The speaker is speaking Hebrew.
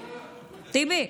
טיבי,